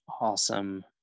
awesome